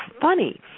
funny